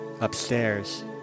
upstairs